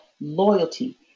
loyalty